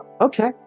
okay